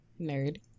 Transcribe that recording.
nerd